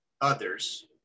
others